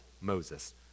Moses